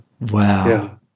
Wow